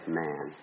man